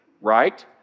right